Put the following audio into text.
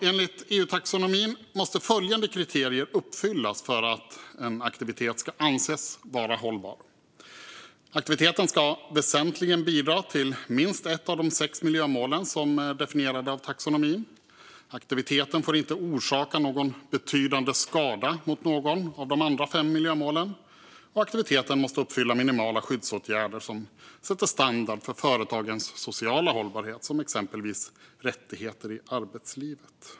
Enligt EU-taxonomin måste följande kriterier uppfyllas för att en aktivitet ska anses vara hållbar: Aktiviteten ska väsentligen bidra till minst ett av de sex miljömål som är definierade av taxonomin. Aktiviteten får inte orsaka någon betydande skada mot något av de andra fem miljömålen. Aktiviteten måste också uppfylla minimala skyddskrav som sätter standard för företagens sociala hållbarhet. Det gäller exempelvis rättigheter i arbetslivet.